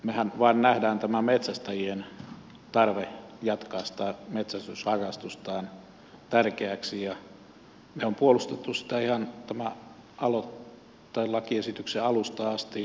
mehän vain näemme tämän metsästäjien tarpeen jatkaa sitä metsästysharrastustaan tärkeäksi ja me olemme puolustaneet sitä ihan tämän lakiesityksen alusta asti